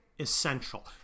essential